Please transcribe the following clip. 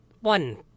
One